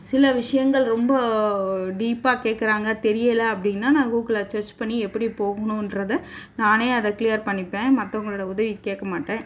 சில விஷயங்கள் ரொம்ப டீப்பாக கேட்குறாங்க தெரியலை அப்படின்னா நான் கூகுளில் சர்ச் பண்ணி எப்படி போகுணுன்றதை நானே அதை க்ளியர் பண்ணிப்பேன் மற்றவங்களோட உதவி கேட்க மாட்டேன்